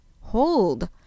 hold